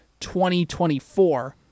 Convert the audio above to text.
2024